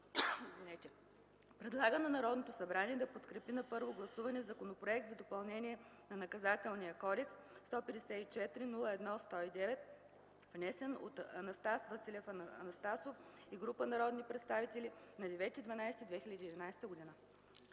Предлага на Народното събрание да подкрепи на първо гласуване Законопроект за допълнение на Наказателния кодекс, № 154-01-109, внесен от Анастас Василев Анастасов и група народни представители на 9 декември